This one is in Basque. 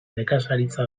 nekazaritza